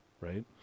right